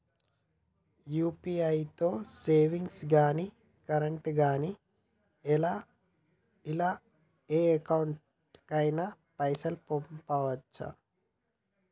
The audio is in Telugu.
యూ.పీ.ఐ తో సేవింగ్స్ గాని కరెంట్ గాని ఇలా ఏ అకౌంట్ కైనా పైసల్ పంపొచ్చా?